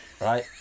Right